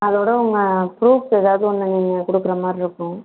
அதோட உங்க ப்ரூஃப் ஏதாவது ஒன்று நீங்கள் கொடுக்குறமாரி இருக்கும்